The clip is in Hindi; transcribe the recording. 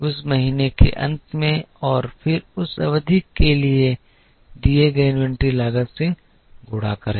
उस महीने के अंत में और फिर उस अवधि के लिए दिए गए इन्वेंट्री लागत से गुणा करें